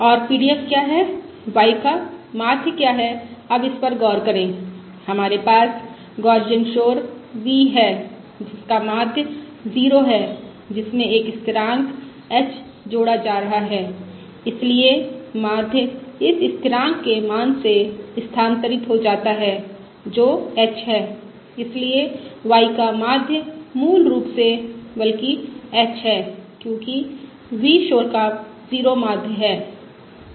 और PDF क्या है y का माध्य क्या है अब इस पर गौर करें हमारे पास गौसियन शोर v है जिसका माध्य 0 है जिसमें एक स्थिरांक h जोड़ा जा रहा है इसलिए माध्य इस स्थिरांक के मान से स्थानांतरित हो जाता है जो h है इसलिए y का माध्य मूल रूप से बल्कि h है क्योंकि v शोर का 0 माध्य है